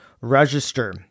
register